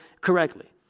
correctly